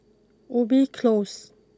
Ubi close